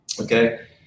okay